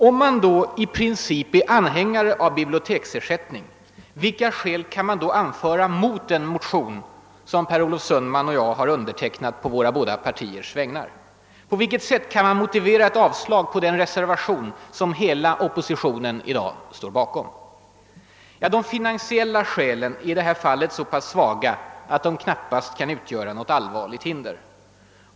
Om man då i princip är anhängare av biblioteksersättning — vilka skäl kan man då anföra mot den motion som Per Olof Sundman och jag har undertecknat på våra båda partiers vägnar? På vilket sätt kan man motivera ett avslag på den reservation som hela oppositionen i dag står bakom? De finansiella skälen är i detta fall så pass svaga, att de knappast kan utgöra något allvarligt hinder.